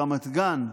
ברמת גן,